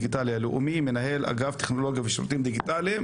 מנהל אגף טכנולוגיה ושירותים דיגיטליים,